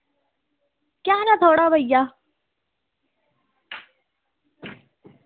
केह् हाल ऐ थोआड़ा भैया